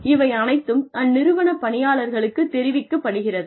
இவை அனைத்தும் அந்நிறுவன பணியாளர்களுக்குத் தெரிவிக்கப்படுகிறது